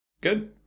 Good